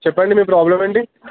చెప్పండి మీ ప్రాబ్లం ఏంటి